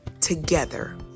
together